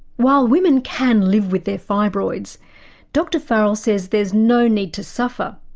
while women can live with their fibroids dr farrell says there's no need to suffer.